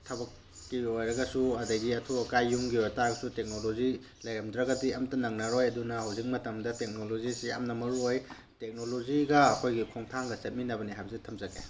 ꯊꯕꯛꯀꯤ ꯑꯣꯏꯔꯒꯁꯨ ꯑꯗꯒꯤ ꯑꯊꯨ ꯑꯀꯥꯏ ꯌꯨꯝꯒꯤ ꯑꯣꯏꯕ ꯇꯥꯔꯒꯁꯨ ꯇꯦꯛꯅꯣꯂꯣꯖꯤ ꯂꯩꯔꯝꯗ꯭ꯔꯒꯗꯤ ꯑꯃꯇ ꯅꯪꯅꯔꯣꯏ ꯑꯗꯨꯅ ꯍꯧꯖꯤꯛ ꯃꯇꯝꯗ ꯇꯦꯛꯅꯣꯂꯣꯖꯤꯁꯤ ꯌꯥꯝꯅ ꯃꯔꯨ ꯑꯣꯏ ꯇꯦꯛꯅꯣꯂꯣꯖꯤꯒ ꯑꯩꯈꯣꯏꯒꯤ ꯈꯣꯡꯊꯥꯡꯒ ꯆꯠꯃꯤꯟꯅꯕꯅꯤ ꯍꯥꯏꯕꯁꯤ ꯊꯝꯖꯒꯦ